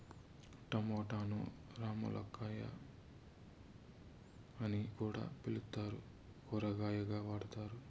టమోటాను రామ్ములక్కాయ అని కూడా పిలుత్తారు, కూరగాయగా వాడతారు